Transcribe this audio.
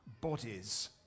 bodies